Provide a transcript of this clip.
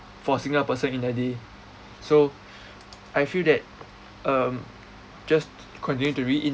for a single person in the day so I feel that um just continue to reiterate